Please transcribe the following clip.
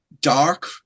dark